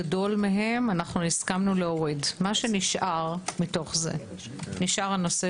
נדע משרד הבריאות שנצטרך לבוא לפה לדיון בסוף